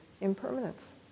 impermanence